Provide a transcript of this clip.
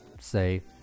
say